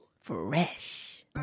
fresh